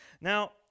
Now